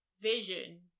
Vision